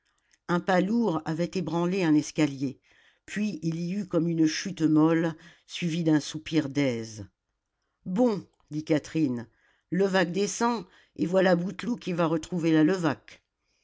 un pas lourd avait ébranlé un escalier puis il y eut comme une chute molle suivie d'un soupir d'aise bon dit catherine levaque descend et voilà bouteloup qui va retrouver la levaque